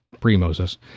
pre-Moses